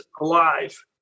alive